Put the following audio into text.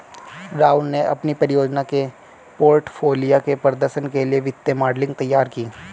राहुल ने अपनी परियोजना के पोर्टफोलियो के प्रदर्शन के लिए वित्तीय मॉडलिंग तैयार की